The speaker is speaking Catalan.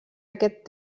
aquest